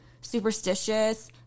superstitious